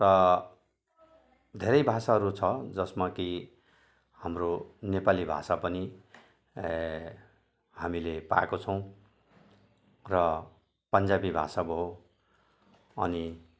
धेरै भाषाहरू छ जसमा कि हाम्रो नेपाली भाषा पनि ए हामीले पाएको छौँ र पन्जाबी भाषा भयो अनि